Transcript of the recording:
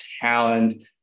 talent